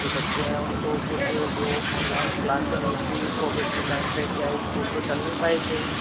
जो बच्चे हैं उनको कुछ जो ऑनलाइन क्लासें हुईं थीं कोविड की टाइम पर क्या स्कूल तो चल नहीं पाए थे